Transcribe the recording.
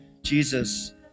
Jesus